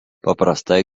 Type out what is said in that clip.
paprastai